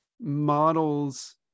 models